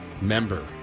member